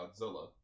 Godzilla